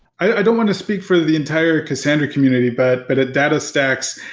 i don't want to speak for the entire cassandra community. but but at datastax,